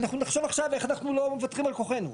אנחנו נחשוב עכשיו איך אנחנו לא מוותרים על כוחנו.